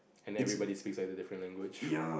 and everybody speak like different language